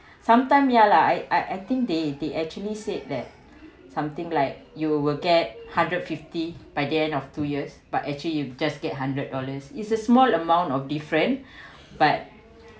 sometime ya lah I I I think they they actually said that something like you will get hundred fifty by the end of two years but actually you just get hundred dollars is a small amount of different but